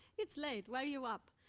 it's late why are you up?